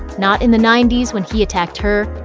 not in the ninety s when he attacked her,